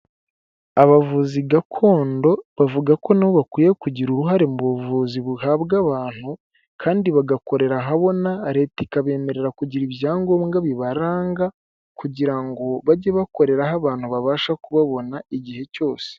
Abavuzi gakondo bavuga ko na bo bakwiye kugira uruhare mu buvuzi buhabwa abantu kandi bagakorera ahabona leta ikabemerera kugira ibyangombwa bibaranga kugira ngo bajye bakorera aho abantu babasha kubabona igihe cyose.